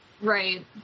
Right